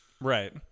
Right